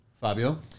Fabio